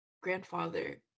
grandfather